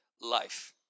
life